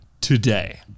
today